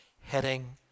heading